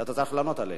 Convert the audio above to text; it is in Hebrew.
שאתה צריך לענות עליהן.